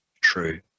true